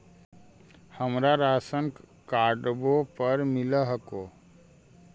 हमरा राशनकार्डवो पर मिल हको?